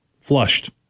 Flushed